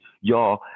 y'all